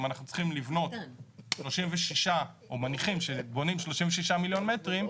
אם אנחנו צריכים לבנות 36 או מניחים שבונים 36 מיליון מטרים,